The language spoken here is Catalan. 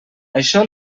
això